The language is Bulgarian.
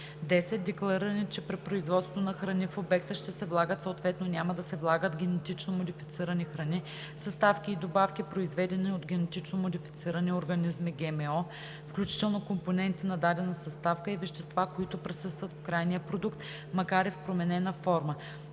10. деклариране, че при производство на храни в обекта ще се влагат, съответно няма да се влагат, генетично модифицирани храни, съставки и добавки, произведени от генетично модифицирани организми (ГМО), включително компоненти на дадена съставка и вещества, които присъстват в крайния продукт, макар и в променена форма;